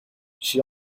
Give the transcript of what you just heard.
she